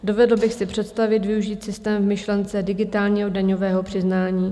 Dovedl bych si představit využít systém v myšlence digitálního daňového přiznání.